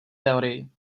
teorii